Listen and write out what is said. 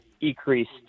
increased